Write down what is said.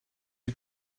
you